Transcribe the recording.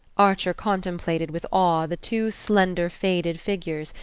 archer contemplated with awe the two slender faded figures,